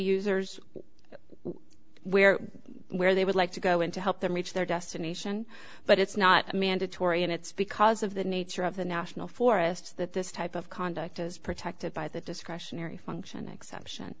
users where where they would like to go in to help them reach their destination but it's not mandatory and it's because of the nature of the national forests that this type of conduct is protected by the discretionary function exception